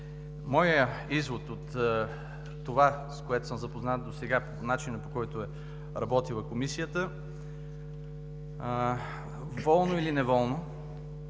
Моят извод от това, с което съм запознат досега за начина, по който е работила Комисията – волно или неволно,